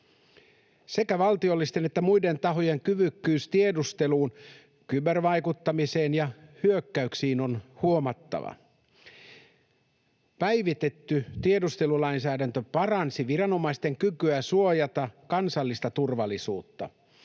Sekä valtiollisten että muiden tahojen kyvykkyys tiedusteluun sekä kybervaikuttamiseen ja ‑hyökkäyksiin on huomattava. Päivitetty tiedustelulainsäädäntö paransi viranomaisten kykyä suojata kansallista turvallisuutta.